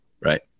right